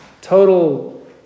Total